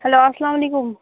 hello اسلام علیکُم